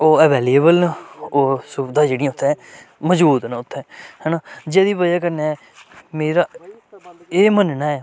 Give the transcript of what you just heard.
ओह् अवेलेबल न ओह् सुबधां जेह्ड़ियां उत्थै मौजूद न उत्थै है ना जेह्दी ब'जा कन्नै मेरा एह् मन्नना ऐ